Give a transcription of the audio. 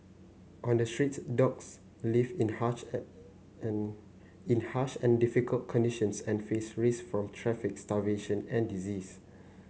on the streets dogs live in harsh in harsh and difficult conditions and face risk from traffic starvation and disease